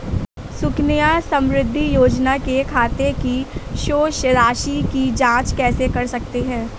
सुकन्या समृद्धि योजना के खाते की शेष राशि की जाँच कैसे कर सकते हैं?